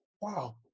Wow